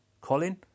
Colin